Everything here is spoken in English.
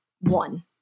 one